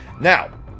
Now